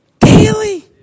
Daily